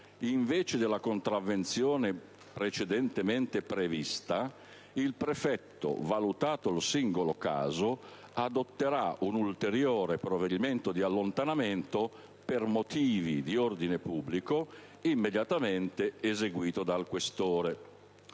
invece della contravvenzione precedentemente prevista, il prefetto, valutato il singolo caso, adotterà un ulteriore provvedimento di allontanamento per motivi di ordine pubblico immediatamente eseguito dal questore.